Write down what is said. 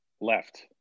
Left